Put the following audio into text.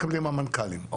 מקבלים המנכ"לים.